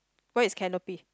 what is canopy